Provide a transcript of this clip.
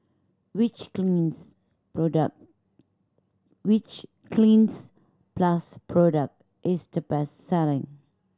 which Cleanz product which Cleanz Plus product is the best selling